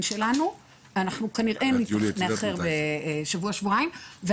שלנו ואנחנו כנראה נאחר בשבוע-שבועיים.